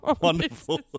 wonderful